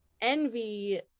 envy